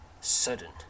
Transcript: Sudden